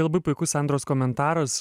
labai puikus sandros komentaras